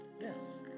Yes